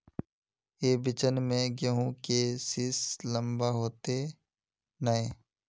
ई बिचन में गहुम के सीस लम्बा होते नय?